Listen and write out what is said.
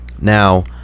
Now